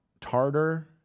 tartar